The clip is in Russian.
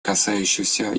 касающиеся